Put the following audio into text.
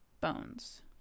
bones